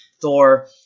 Thor